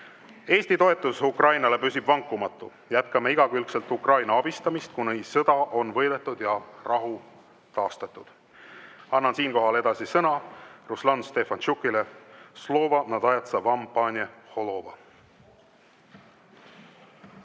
Eesti toetus Ukrainale püsib vankumatu, jätkame igakülgselt Ukraina abistamist, kuni sõda on võidetud ja rahu taastatud. Annan siinkohal edasi sõna Ruslan Stefantšukile. Slovo nadajetsja vam, pane holovo!